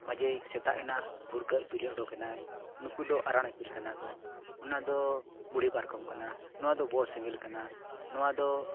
ᱢᱟᱡᱷᱮᱭ ᱥᱮᱛᱟᱜ ᱮᱱᱟ ᱵᱷᱩᱨᱠᱟᱹ ᱤᱯᱤᱞᱮ ᱩᱰᱩᱠ ᱮᱱᱟᱭ ᱱᱩᱠᱩ ᱫᱚ ᱟᱨᱟᱱ ᱤᱯᱤᱞ ᱠᱟᱱᱟ ᱠᱚ ᱚᱱᱟ ᱫᱚ ᱵᱩᱲᱦᱤ ᱯᱟᱨᱠᱚᱢ ᱠᱟᱱᱟ ᱱᱚᱣᱟ ᱫᱚ ᱵᱚᱲ ᱥᱮᱸᱜᱮᱞ ᱠᱟᱱᱟ ᱱᱚᱣᱟ ᱫᱚ